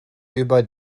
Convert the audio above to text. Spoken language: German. über